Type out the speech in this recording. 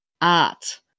art